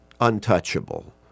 untouchable